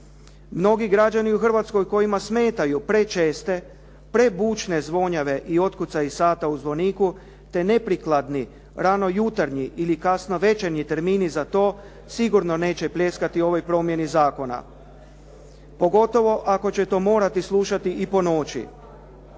Mnogi građani u Hrvatskoj kojima smetaju prečeste, prebučne zvonjave i otkucaji sata u zvoniku, te neprikladni ranojutarnji ili kasnovečernji termini za to, sigurno neće pljeskati ovoj promjeni zakona. Pogotovo ako će to morati slušati i po noći.